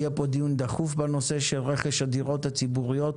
יהיה פה דיון דחוף בנושא של רכש הדירות הציבוריות,